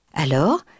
Alors